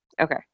okay